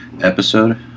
episode